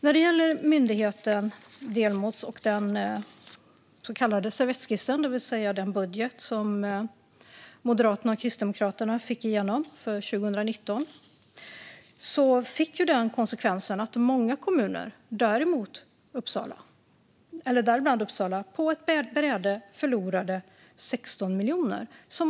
När det gäller myndigheten Delmos och den så kallade servettskissen, det vill säga den budget som Moderaterna och Kristdemokraterna fick igenom för 2019, blev konsekvensen att många kommuner, däribland Uppsala, på ett bräde förlorade 16 miljoner kronor.